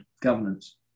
Governance